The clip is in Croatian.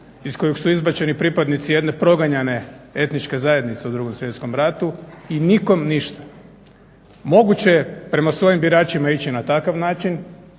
iz kojeg su izbačeni pripadnici jedne proganjane etničke zajednice u Drugom svjetskom ratu i nikom ništa. Moguće je prema svojim biračima ići na takav način,